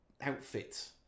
outfit